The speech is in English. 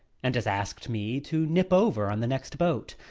and has asked me to nip over on the next boat.